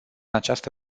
această